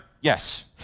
Yes